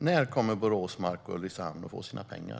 När kommer Borås, Mark och Ulricehamn att få sina pengar?